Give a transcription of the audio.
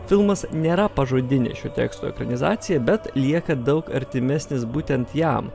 filmas nėra pažodinė šio teksto ekranizacija bet lieka daug artimesnis būtent jam